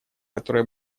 которое